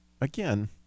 again